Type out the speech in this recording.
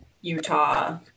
utah